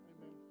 Amen